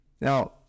Now